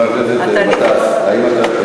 חבר הכנסת גטאס, האם אתה,